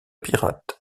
pirate